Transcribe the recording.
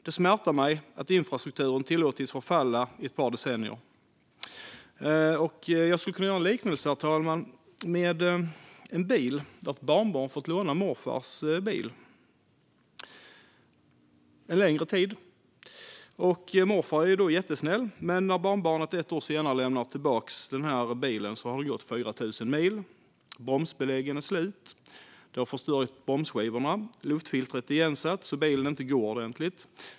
Det smärtar mig att infrastrukturen har tillåtits förfalla i ett par decennier. Herr talman! Jag ska göra en liknelse med en bil där ett barnbarn har fått låna morfars bil en längre tid. Morfar är då jättesnäll. Men när barnbarnet ett år senare lämnar tillbaka bilen har den gått 4 000 mil. Bromsbeläggen är slut och bromsskivorna har förstörts. Luftfiltret är igensatt så att bilen inte går ordentligt.